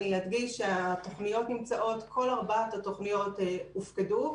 אני אסביר שכל ארבעת התוכניות הופקדו,